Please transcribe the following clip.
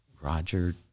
roger